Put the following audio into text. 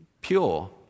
pure